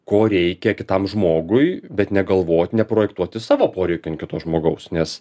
ko reikia kitam žmogui bet negalvot neprojektuoti savo poreikiųant kito žmogaus nes